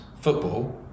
football